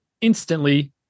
instantly